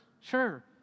Sure